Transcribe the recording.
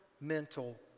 mental